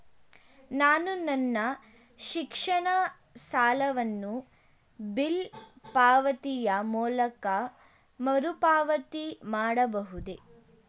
ನಾನು ನನ್ನ ಶಿಕ್ಷಣ ಸಾಲವನ್ನು ಬಿಲ್ ಪಾವತಿಯ ಮೂಲಕ ಮರುಪಾವತಿ ಮಾಡಬಹುದೇ?